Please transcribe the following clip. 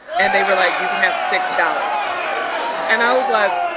and they were like, you can have six dollars and i was like,